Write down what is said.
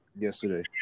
yesterday